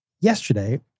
Yesterday